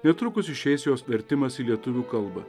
netrukus išeis jos vertimas į lietuvių kalbą